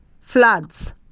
floods